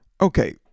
Okay